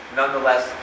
nonetheless